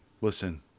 Listen